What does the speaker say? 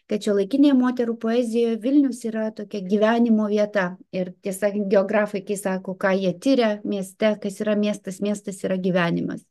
kad šiuolaikinėje moterų poezijoje vilnius yra tokia gyvenimo vieta ir tiesa geografai kai sako ką jie tiria mieste kas yra miestas miestas yra gyvenimas